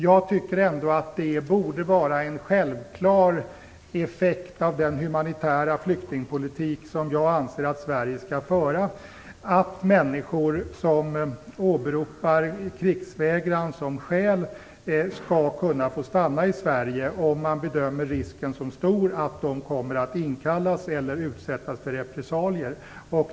Jag tycker ändå att det borde vara en självklar följd av den humanitära flyktingpolitik som jag anser att Sverige skall föra att människor som åberopar krigsvägran som skäl skall kunna få stanna i Sverige, om man bedömer risken som stor att de kommer att inkallas eller utsättas för repressalier.